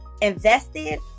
Invested